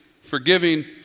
forgiving